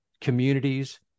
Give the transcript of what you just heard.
communities